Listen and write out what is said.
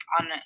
on